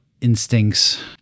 instincts